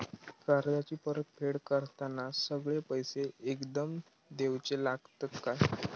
कर्जाची परत फेड करताना सगळे पैसे एकदम देवचे लागतत काय?